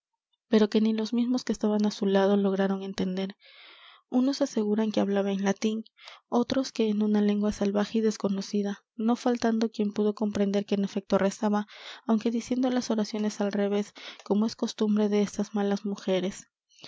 pero que ni los mismos que estaban á su lado lograron entender unos aseguran que hablaba en latín otros que en una lengua salvaje y desconocida no faltando quien pudo comprender que en efecto rezaba aunque diciendo las oraciones al revés como es costumbre de estas malas mujeres